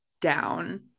down